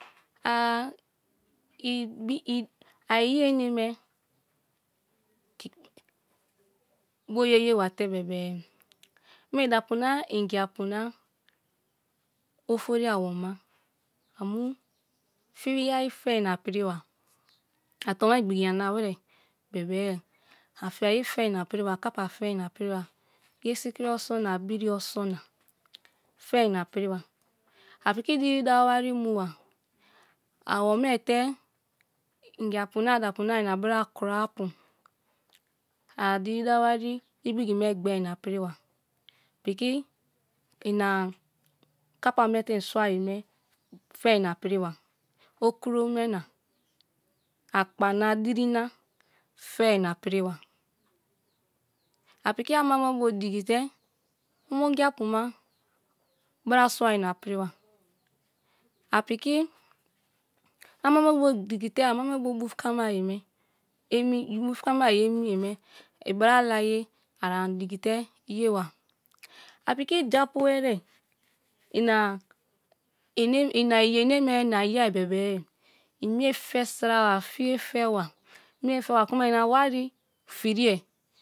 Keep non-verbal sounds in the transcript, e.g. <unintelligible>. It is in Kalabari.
a <unintelligible> iyi éné me̠ bu yéyebu-te̠ be̠be̠ inie dapu na ingi apu na ofori awo̠ma fi ayi fé ina piri wa a towa igbigi yoma wirè be̠be̠ a finyi fe ina piri wa a kapa fe ina piri wa ge sikiri oson na biri oso̠n na fe ina pin wa a piki diri dawa wari mu wa awo̠me te ingi apu na da apu na ina bra kuroa pu a diri dawa wari igbigi me gbe ina piri wa piki ina kapa me te̠ in sua yeme fe ina pri wa, okuro me na apka na diri na fe in̄a piri wa apiki ama me bu digi te omongi apu ma bra sua ina pri wa, apiki ama me bio digi te̠ ámá me bio butkamaiye me <unintelligible> ibra laya arani digi ye wa, a piki ja pu erie ina <unintelligible> ina iyi ené me <unintelligible> ije be̠be̠, imie fe sira wa fíye fe wa miye fe wa kuma ína wari firiè.